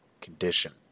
condition